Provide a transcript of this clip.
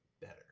better